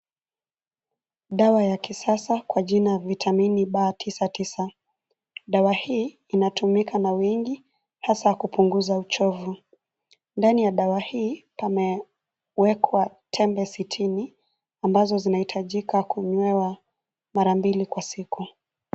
Dawa ya kisasa kwa jina vitamini B99, dawa hii inatumika na wengi hasa kupunguza uchovu. Ndani ya dawa hii pamewekwa tembe sitini ambazo zinahitajika kunywewa mara mbili kwa siku.